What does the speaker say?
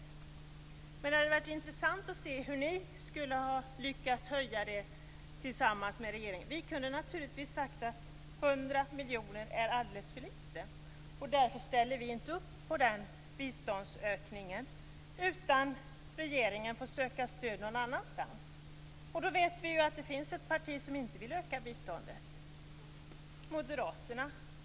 Men det skulle ha varit intressant att se hur ni skulle ha lyckats höja det tillsammans med regeringen. Vi kunde naturligtvis ha sagt: 100 miljoner är alldeles för lite, och därför ställer vi inte upp på den biståndsökningen, utan regeringen får söka stöd någon annanstans. Vi vet att det finns ett parti som inte vill öka biståndet, Moderaterna.